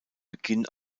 beginn